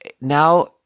now